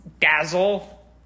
dazzle